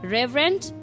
Reverend